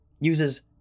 uses